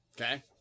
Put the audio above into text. Okay